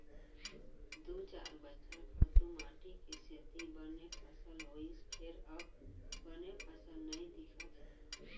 दू चार बछर खातू माटी के सेती बने फसल होइस फेर अब बने फसल नइ दिखत हे